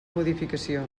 modificació